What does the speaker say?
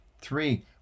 Three